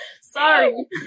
Sorry